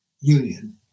Union